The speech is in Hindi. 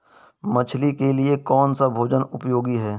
मछली के लिए कौन सा भोजन उपयोगी है?